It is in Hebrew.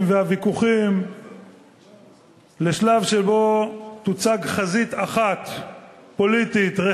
והוויכוחים לשלב שבו תוצג חזית פוליטית אחת,